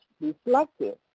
reflective